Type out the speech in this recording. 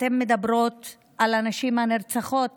אתן מדברות על הנשים הנרצחות,